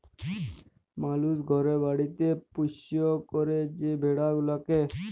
মালুস ঘরে বাড়িতে পৌষ্য ক্যরে যে ভেড়া গুলাকে